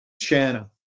Shanna